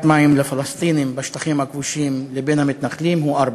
המים לפלסטינים בשטחים הכבושים לבין המתנחלים הוא פי-ארבעה.